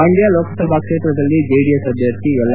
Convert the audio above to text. ಮಂಡ್ಹ ಲೋಕಸಭಾ ಕ್ಷೇತ್ರದಲ್ಲಿ ಜೆಡಿಎಸ್ ಅಭ್ಯರ್ಥಿ ಎಲ್